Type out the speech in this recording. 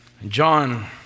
John